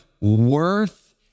worth